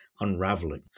unraveling